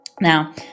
Now